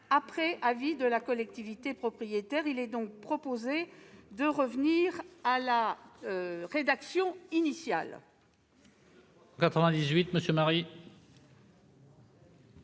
après avis de la collectivité propriétaire. Il est donc proposé de rétablir la rédaction initiale.